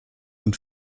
und